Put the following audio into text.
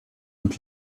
und